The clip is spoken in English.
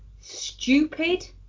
stupid